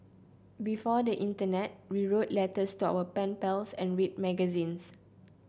before the internet we wrote letters to our pen pals and read magazines